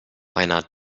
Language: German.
einer